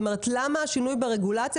למה השינוי ברגולציה